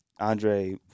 Andre